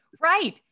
Right